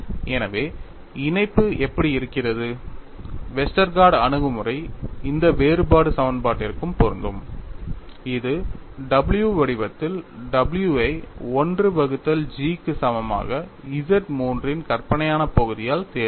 எனவே இணைப்பு எப்படி இருக்கிறது வெஸ்டர்கார்ட் அணுகுமுறை இந்த வேறுபாடு சமன்பாட்டிற்கும் பொருந்தும் இது w வடிவத்தில் w ஐ 1 வகுத்தல் G க்கு சமமாக Z III இன் கற்பனையான பகுதியால் தேர்ந்தெடுக்கும்